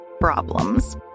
problems